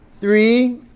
Three